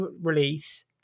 release